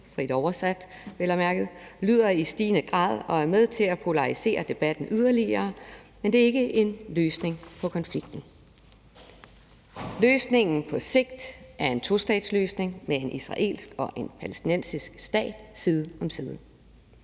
frit oversat vel at mærke – lyder i stigende grad og er med til at polarisere debatten yderligere, men det er ikke en løsning på konflikten. Løsningen på sigt er en tostatsløsning med en israelsk og en palæstinensisk stat side om side.